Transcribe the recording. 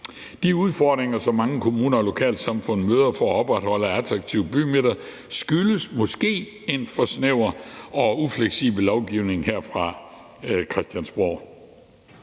De udfordringer, som mange kommuner og lokalsamfund møder for at opretholde attraktive bymidter, skyldes måske en for snæver og ufleksibel lovgivning her fra Christiansborgs